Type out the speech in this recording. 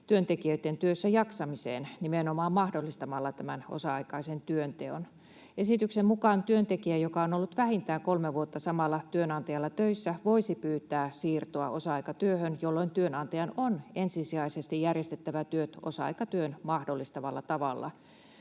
työntekijöitten työssäjaksamiseen nimenomaan mahdollistamalla tämän osa-aikaisen työnteon. Esityksen mukaan työntekijä, joka on ollut vähintään kolme vuotta samalla työnantajalla töissä, voisi pyytää siirtoa osa-aikatyöhön, jolloin työnantajan on ensisijaisesti järjestettävä työt osa-aikatyön mahdollistavalla tavalla.